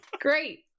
great